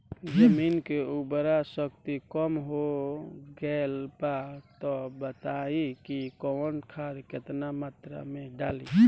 जमीन के उर्वारा शक्ति कम हो गेल बा तऽ बताईं कि कवन खाद केतना मत्रा में डालि?